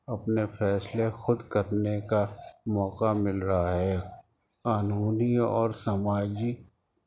اپنے فیصلے خود کرنے کا موقع مل رہا ہے قانونی اور سماجی